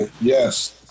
Yes